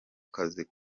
kazi